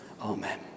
Amen